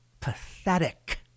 pathetic